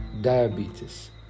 diabetes